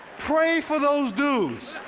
pray for those dudes.